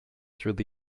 through